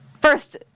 first